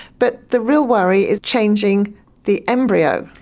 but the real worry is changing the embryo.